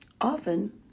Often